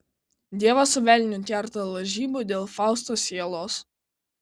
dievas su velniu kerta lažybų dėl fausto sielos